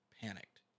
panicked